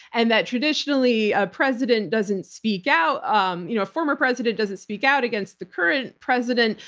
and that, traditionally, a president doesn't speak out, um you know a former president doesn't speak out against the current president,